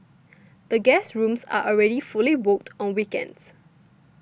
the guest rooms are already fully booked on weekends